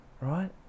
right